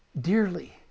dearly